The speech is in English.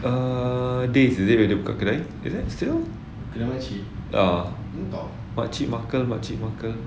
err days is it dia buka kedai is it still ah pakcik makan makcik makan